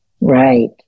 Right